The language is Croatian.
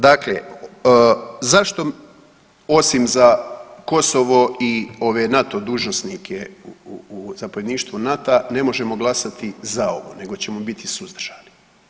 Dakle, zašto osim za Kosovo i ove NATO dužnosnike u zapovjedništvu NATO-a ne možemo glasati za ovo nego ćemo biti suzdržani.